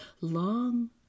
long